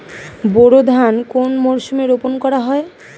বোরো ধান কোন মরশুমে রোপণ করা হয়?